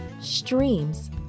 Streams